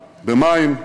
במים,